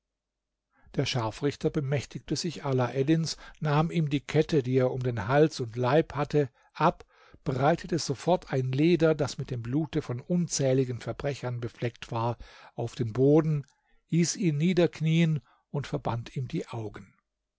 der scharfrichter bemächtigte sich alaeddins nahm ihm die kette die er um den hals und leib hatte ab breitete sofort ein leder das mit dem blute von unzähligen verbrechern befleckt war auf den boden hieß ihn niederknieen und verband ihm die augen